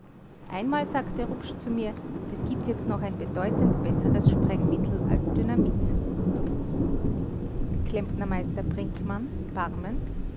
einmal sagte rupsch zu mir es gibt jetzt noch ein bedeutend besseres sprengmittel als dynamit klempnermeister brinkmann